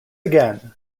again